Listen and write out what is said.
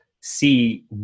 see